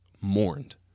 mourned